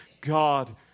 God